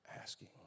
asking